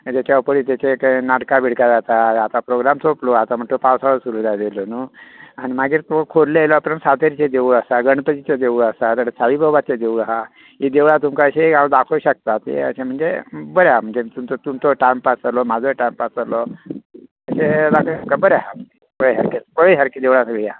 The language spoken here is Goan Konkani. तेच्या ओपोझीट नाटका बी जाता आतां प्रोग्राम सोंपले आता पवसाळे सुरू जाले न्हू आनी फुडे खोर्ले येयल्या उपरांत सातेरीचे देवुळ आसा गणपतीचे देवुळ आसा साईबाबाचे देवुळ आसा ही देवळां तुमकां अशी दाखोव शकता म्हणजे बरें आहा अशें की तुमचो टायमपास जालो म्हजोय टायमपास जालो बरें हा पळय सारकी देवळा आहा